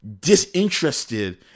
disinterested